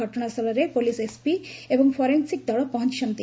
ଘଟଣା ସ୍ଥଳରେ police SP ଏବଂ ଫରେନ୍ସିକ୍ ଦଳ ପହଞ୍ଚିଛନ୍ତି